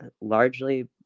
largely